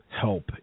help